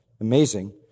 amazing